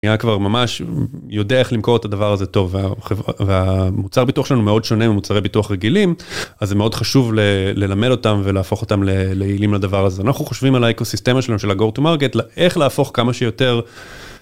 כבר ממש יודע איך למכור את הדבר הזה טוב ומוצר ביטוח שלנו מאוד שונה מוצרי ביטוח רגילים אז מאוד חשוב ללמד אותם ולהפוך אותם ליעילים לדבר הזה אנחנו חושבים על האקוסיסטמה של הגוטומרקט איך להפוך כמה שיותר.